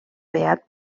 beat